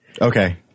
okay